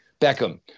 Beckham